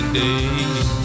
days